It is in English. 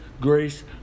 grace